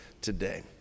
today